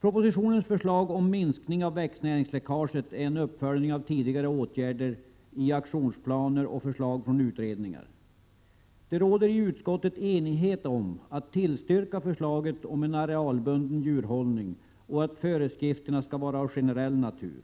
Propositionens förslag om minskning av växtnäringsläckaget är en uppföljning av tidigare åtgärder i aktionsplaner och förslag från utredningar. Det råder i utskottet enighet om att tillstyrka förslaget om en arealbunden djurhållning och att föreskrifterna skall vara av generell natur.